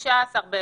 ב-13 ביולי,